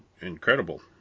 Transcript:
incredible